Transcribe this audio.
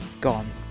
gone